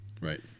Right